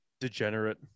degenerate